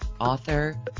Author